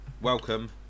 welcome